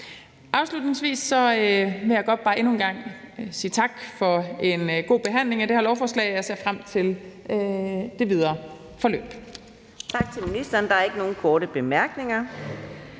Afslutningsvis vil jeg godt bare endnu en gang sige tak for en god behandling af det her lovforslag. Jeg ser frem til det videre forløb.